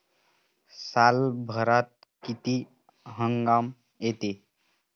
सालभरात किती हंगाम येते?